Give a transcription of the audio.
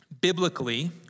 biblically